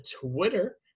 Twitter